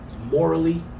morally